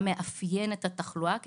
מה מאפיין את התחלואה,